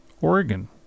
Oregon